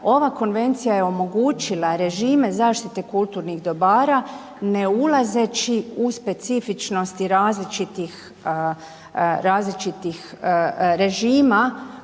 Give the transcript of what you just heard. ova konvencija je omogućila režime zaštite kulturnih dobara ne ulazeći u specifičnosti različitih,